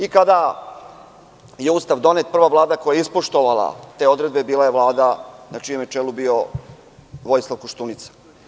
I kada je Ustav donet, prva Vlada koja je ispoštovala te odredbe bila je Vlada na čijem je čelu bio Vojislav Koštunica.